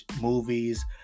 movies